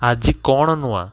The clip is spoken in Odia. ଆଜି କ'ଣ ନୂଆ